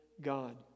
God